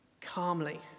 calmly